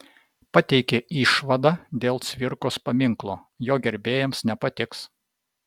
pateikė išvadą dėl cvirkos paminklo jo gerbėjams nepatiks